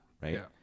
right